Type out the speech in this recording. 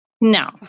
No